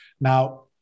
Now